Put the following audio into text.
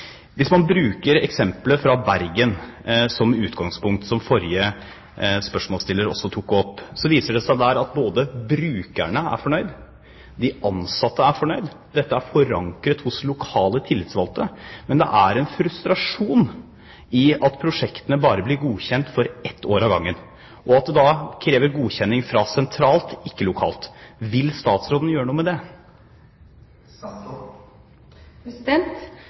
Hvis man bruker eksemplet fra Bergen som utgangspunkt, som forrige spørsmålsstiller tok opp, viser det seg at brukerne er fornøyd, de ansatte er fornøyd, dette er forankret hos lokale tillitsvalgte, men det er en frustrasjon i at prosjektene bare blir godkjent for et år av gangen, og at det da krever godkjenning sentralt – ikke lokalt. Vil statsråden gjøre noe med